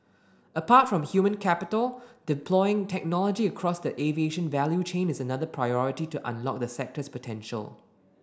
apart from human capital deploying technology across the aviation value chain is another priority to unlock the sector's potential